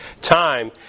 time